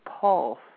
pulse